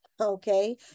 okay